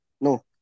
No